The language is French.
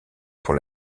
pour